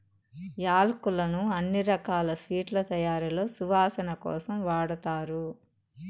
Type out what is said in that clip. యాలక్కులను అన్ని రకాల స్వీట్ల తయారీలో సువాసన కోసం వాడతారు